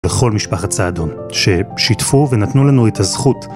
לכל משפחת סעדון, ששיתפו ונתנו לנו את הזכות